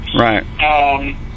Right